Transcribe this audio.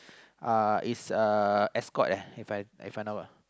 uh is a escorts uh If I If I know lah